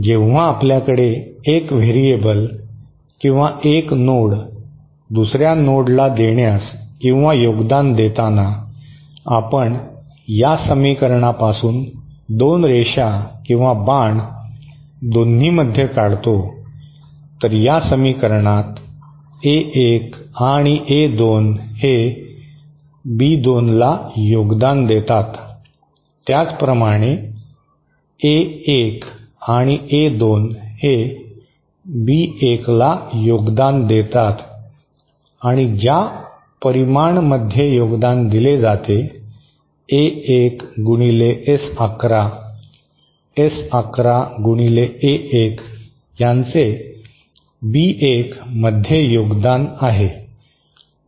जेव्हा आपल्याकडे एक व्हेरिएबल किंवा एक नोड दुसर्या नोडला देण्यास किंवा योगदान देताना आपण या समीकरणापासून 2 रेषा किंवा बाण दोन्हीमध्ये काढतो तर या समीकरणात ए 1 आणि ए 2 हे बी 2 ला योगदान देतात त्याचप्रमाणे ए 1 आणि ए 2 हे बी 1 ला योगदान देतात आणि ज्या परिमाण मध्ये योगदान दिले जाते ए 1 गुणिले एस 11 एस 11 गुणिले ए 1 यांचे बी 1 मध्ये योगदान आहे